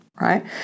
right